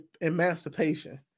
Emancipation